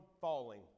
falling